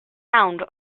sound